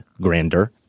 grander